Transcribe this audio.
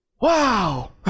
Wow